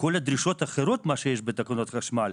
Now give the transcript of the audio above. כל הדרישות האחרות שיש בתקנות החשמל,